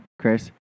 Chris